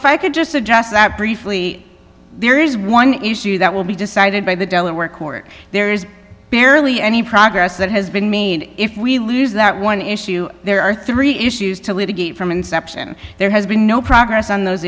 if i could just address that briefly there is one issue that will be decided by the delaware court there is barely any progress that has been me if we lose that one issue there are three issues to litigate from inception there has been no progress on those